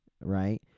right